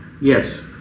Yes